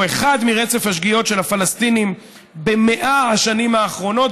או אחת מרצף השגיאות של הפלסטינים ב-100 השנים האחרונות,